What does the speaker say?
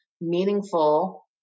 meaningful